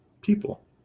people